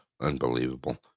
unbelievable